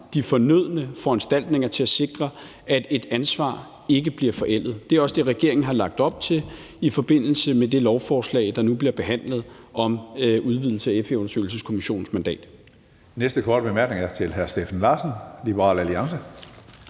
de fornødne foranstaltninger til at sikre, at et ansvar ikke bliver forældet. Det er også det, regeringen har lagt op til i forbindelse med det lovforslag, der nu bliver behandlet, om udvidelse af FE-undersøgelseskommissionens mandat.